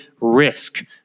risk